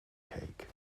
cake